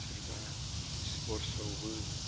सोरबा स्पर्टसावबो